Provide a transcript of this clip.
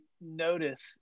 notice